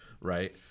right